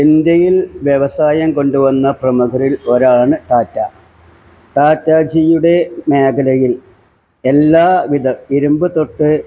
ഇന്ത്യയില് വ്യവസായം കൊണ്ടു വന്ന പ്രമുഖരില് ഒരാൾ ആണ് ടാറ്റ ടാറ്റജിയുടെ മേഖലയില് എല്ലാ വിധ ഇരുമ്പ് തൊട്ട്